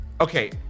Okay